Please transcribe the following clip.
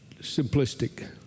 simplistic